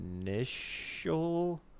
initial